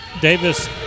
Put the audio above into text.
Davis